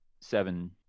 seven